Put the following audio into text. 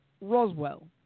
Roswell